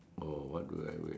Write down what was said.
oh what do I wish